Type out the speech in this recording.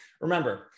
remember